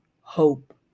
hope